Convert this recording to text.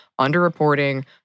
underreporting